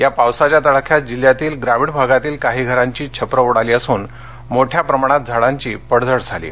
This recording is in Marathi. या पावसाध्या तडाख्यात जिल्ह्यातील ग्रामीण भागातील काही घराची छपरे उडाली असून मोठ्या प्रमाणात झाडांची पडझड झाली आहेत